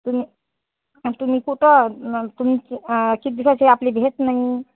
तुम्ही तुम्ही कुठं नं तुमचं किती वर्षे आपली भेट नाही